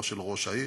לא של ראש העיר.